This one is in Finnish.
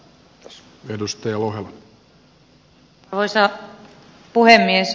arvoisa puhemies